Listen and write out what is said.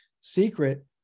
secret